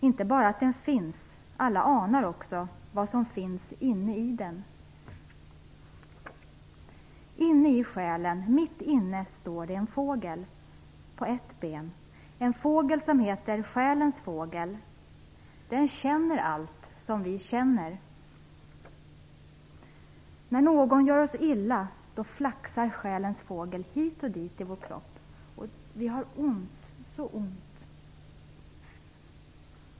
Inte bara att den finns, alla anar också vad som finns inne i den. Inne i själen mitt inne, står en fågel på ett ben, en fågel som heter Den känner allt som vi känner När någon gör oss illa, flaxar Själens Fågel hit och dit i vår kropp och har så ont så ont.